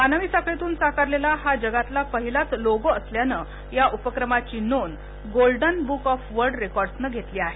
मानवी साखळीतून साकारलेला हा जगातील पहिलाच लोगो असल्यान या उपक्रमाची नोंद गोल्डन ब्क ऑफ वर्ल्ड रेकॉर्डसने घेतली आहे